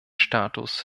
status